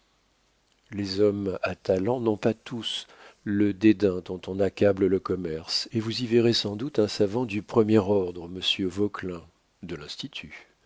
les hommes à talent n'ont pas tous le dédain dont on accable le commerce et vous y verrez sans doute un savant du premier ordre monsieur vauquelin de l'institut